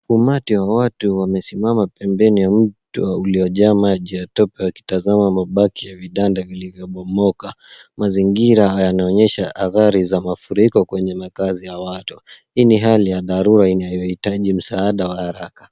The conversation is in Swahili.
Umati wa watu wamesimama pembeni ya mto uliojaa maji na tope wakitazama mabaki ya vibanda vilivyobomoka. Mazingira yanaonyesha athari za mafuriko kwenye makazi ya watu. Hii ni hali ya dharura inayohitaji msaada wa haraka.